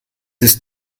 ist